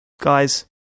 guys